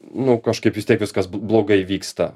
nu kažkaip vis tiek viskas blogai vyksta